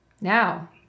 now